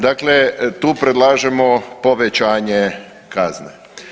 Dakle, tu predlažemo povećanje kazne.